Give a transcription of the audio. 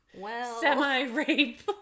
semi-rape